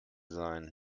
sein